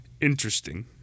interesting